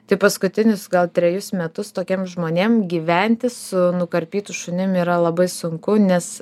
tai paskutinius gal trejus metus tokiem žmonėm gyventi su nukarpytu šunim yra labai sunku nes